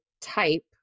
type